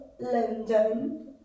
London